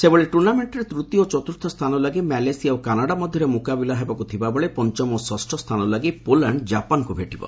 ସେହିଭଳି ଟୁର୍ଷ୍ଣାମେଣ୍ଟ୍ରେ ତୂତୀୟ ଓ ଚତୁର୍ଥ ସ୍ଥାନ ଲାଗି ମାଲେସିଆ ଓ କାନାଡ଼ା ମଧ୍ୟରେ ମୁକାବିଲା ହେବାକୁ ଥିବାବେଳେ ପଞ୍ଚମ ଓ ଷଷ୍ଠ ସ୍ତାନ ଲାଗି ପୋଲାଣ୍ଡ ଜାପାନ୍କୁ ଭେଟିବ